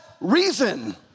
reason